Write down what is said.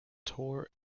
tour